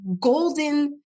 golden